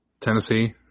Tennessee